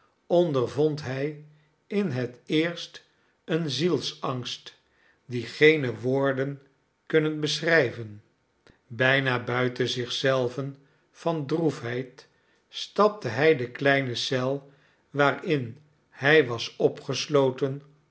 ondervond hij in het eerst een zielsangst dien geene woorden kunnen beschrijve a bijna buiten zich zelven van droefheid stapte hij de kleine eel waarin hij was opgesloten